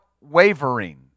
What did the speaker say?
wavering